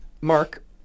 Mark